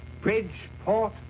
Bridgeport